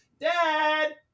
Dad